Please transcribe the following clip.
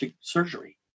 surgery